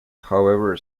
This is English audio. however